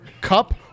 cup